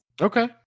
okay